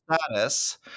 status